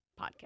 Podcast